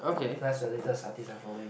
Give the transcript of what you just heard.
that's the latest artist I'm following